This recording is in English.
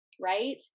right